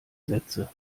sätze